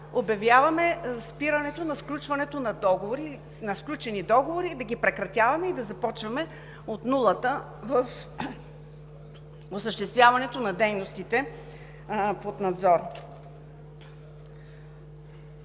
обявяваме спирането на сключени договори, да ги прекратяваме и да започваме от нулата в осъществяването на дейностите под надзор.